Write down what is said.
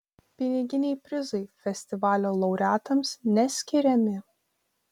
piniginiai prizai festivalio laureatams neskiriami